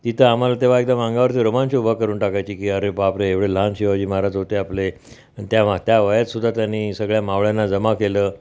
ती तर आम्हाला तेव्हा एकदा अंगावरचं रोमांच उभा करून टाकायची की अरे बापरे एवढे लहान शिवाजी महाराज होते आपले त्या मा त्या वयात सुद्धा त्यांनी सगळ्या मावळ्यांना जमा केलं